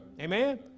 Amen